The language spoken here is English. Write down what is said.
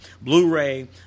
Blu-ray